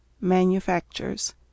manufactures